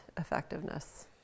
effectiveness